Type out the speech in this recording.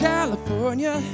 California